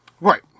Right